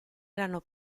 erano